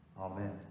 amen